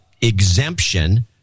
exemption